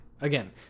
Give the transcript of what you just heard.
again